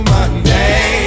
Monday